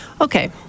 Okay